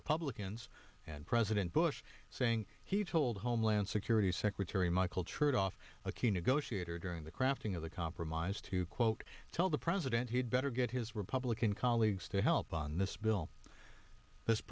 republicans and president bush saying he told homeland security secretary michael chertoff a key negotiator during the crafting of the compromise to quote tell the president he'd better get his republican colleagues to help on this bill this